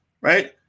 Right